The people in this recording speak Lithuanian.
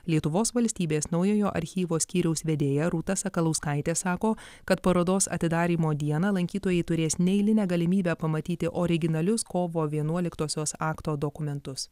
lietuvos valstybės naujojo archyvo skyriaus vedėja rūta sakalauskaitė sako kad parodos atidarymo dieną lankytojai turės neeilinę galimybę pamatyti originalius kovo vienuoliktosios akto dokumentus